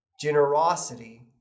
Generosity